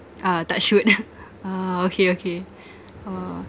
ah touch wood ah okay okay ah